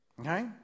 Okay